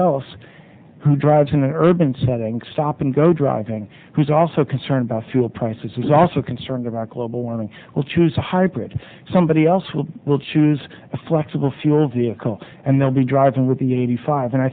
else who drives in an urban setting stop and go driving who's also concerned about price is also concerned about global warming will choose a hybrid somebody else will will choose a flexible fuel vehicle and they'll be driving with the eighty five